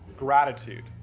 Gratitude